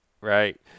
Right